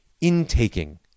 intaking